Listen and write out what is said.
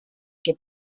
que